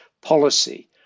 policy